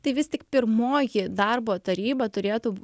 tai vis tik pirmoji darbo taryba turėtų